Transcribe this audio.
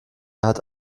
hat